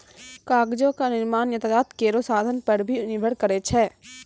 कागजो क निर्माण यातायात केरो साधन पर भी निर्भर करै छै